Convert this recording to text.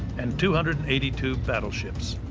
and two hundred and eighty two battleships,